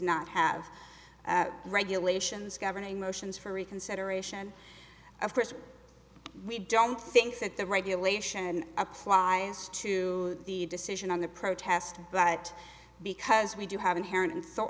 not have regulations governing motions for reconsideration of course we don't think that the regulation applies to the decision on the protest but because we do have inherent in s